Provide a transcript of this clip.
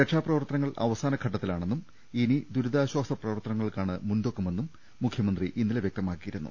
രക്ഷാപ്രവർത്തനങ്ങൾ അവ സാന ഘട്ടത്തിലാണെന്നും ഇനി ദുരിതാശ്വാസ പ്രവർത്തന ങ്ങൾക്കാണ് മുൻതൂക്കമെന്നും മുഖ്യമന്ത്രി ഇന്നലെ വ്യക്തമാക്കിയി രുന്നു